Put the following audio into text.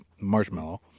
marshmallow